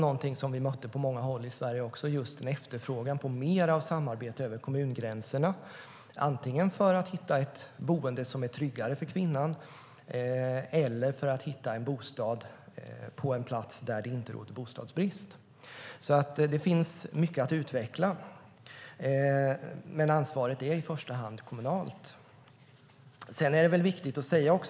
Någonting som vi mötte på många håll i Sverige var just en efterfrågan på mer av samarbete över kommungränserna antingen för att hitta ett boende som är tryggare för kvinnan eller för att hitta en bostad på en plats där det inte råder bostadsbrist. Det finns mycket att utveckla. Ansvaret är i första hand kommunalt.